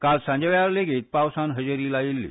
काल सांजवेळार लेगीत पावसान हजेरी लायिल्ली